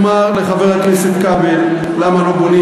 התפטרת, חבר הכנסת כבל, תן לשר בבקשה לסיים.